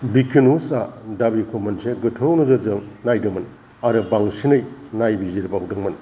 विकिन्युजआ दाबिखौबो मोनसे गोथौ नोजोरजों नायदोंमोन आरो बांसिनै नायबिजिर बावदोंमोन